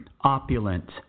opulent